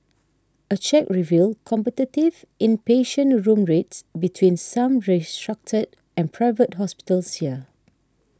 a check revealed competitive inpatient room rates between some restructured and Private Hospitals here